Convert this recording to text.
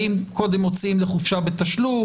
האם קודם מוציאים לחופשה בתשלום,